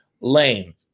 lame